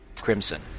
crimson